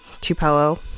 Tupelo